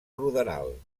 ruderal